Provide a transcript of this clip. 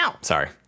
sorry